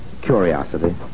curiosity